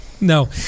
No